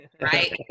right